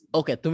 okay